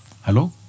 Hello